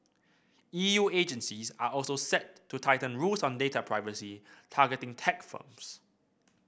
E U agencies are also set to tighten rules on data privacy targeting tech firms